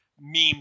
meme